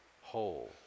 whole